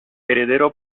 heredero